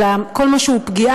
אלא כל מה שהוא פגיעה,